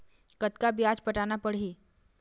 कतका ब्याज पटाना पड़ही?